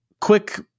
quick